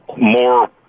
more